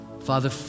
Father